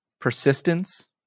persistence